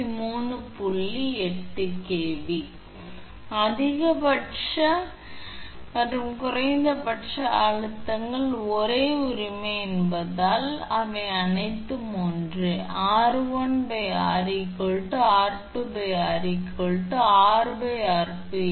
65 cm அதிகபட்ச மற்றும் குறைந்தபட்ச அழுத்தங்கள் ஒரே உரிமை என்பதால் அதாவது அனைத்தும் ஒன்றே அதாவது இந்த நிலை நாம் இதைப் பார்த்தோம் 𝑟1 𝑟2 𝑅 𝛼 𝑟 𝑟1 𝑟2 இப்போது சிறிய r மீது மூலதனம் R ஏன் 𝛼3 க்கு சமம்